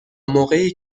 موقعی